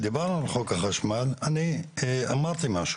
כשדיברנו על חוק החשמל אני אמרתי משהו.